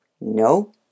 No